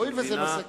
הואיל וזה נושא כבד.